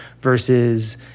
versus